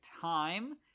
time